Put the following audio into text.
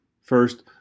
First